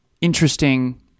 interesting